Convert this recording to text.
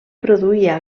produïa